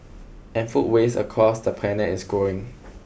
and food waste across the planet is growing